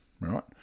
right